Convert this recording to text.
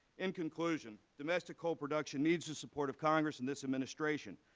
in conclusion, domestic coal production needs the support of congress in this administration.